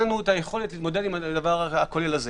לנו את היכולת להתמודד ע הדבר הכולל הזה.